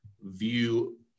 view